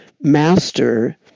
master